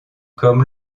comme